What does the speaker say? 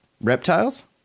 Reptiles